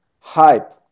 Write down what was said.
hype